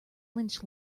lynch